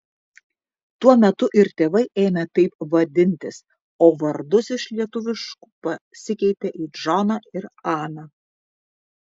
tuo metu ir tėvai ėmė taip vadintis o vardus iš lietuviškų pasikeitė į džoną ir aną